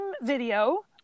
video